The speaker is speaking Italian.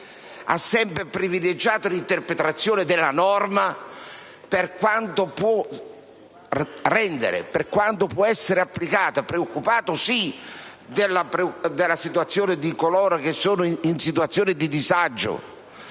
ha sempre privilegiato l'interpretazione della norma per quanto può rendere, per quanto può essere applicata, preoccupato sì della condizione di coloro che sono in situazioni di disagio,